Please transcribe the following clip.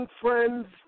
Friends